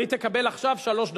היא תקבל עכשיו שלוש דקות.